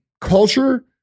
culture